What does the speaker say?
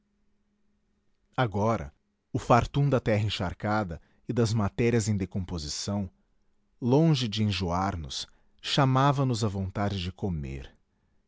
agora o fartum da terra encharcada e das matérias em decomposição longe de enjoarnos chamava nos a vontade de comer